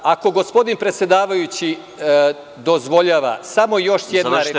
Ako gospodin predsedavajući dozvoljava, samo još jedna rečenica.